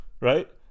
right